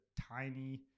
tiny